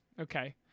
Okay